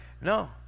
No